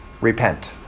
Repent